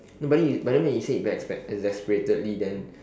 no but then you but then when you say it very backs~ exasperatedly then